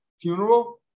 funeral